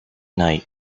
night